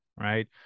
Right